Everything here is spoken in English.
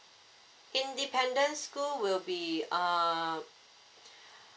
independent school will be uh